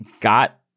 got